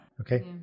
Okay